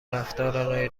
رفتار